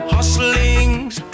Hustlings